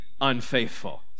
unfaithful